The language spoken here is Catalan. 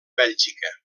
bèlgica